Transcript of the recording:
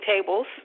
tables